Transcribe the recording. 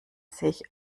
sich